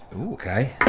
Okay